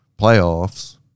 playoffs